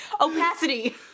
Opacity